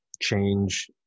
change